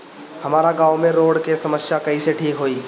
हमारा गाँव मे रोड के समस्या कइसे ठीक होई?